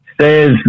says